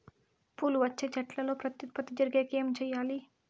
పూలు వచ్చే చెట్లల్లో ప్రత్యుత్పత్తి జరిగేకి ఏమి చేయాలి?